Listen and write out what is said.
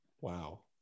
Wow